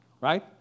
Right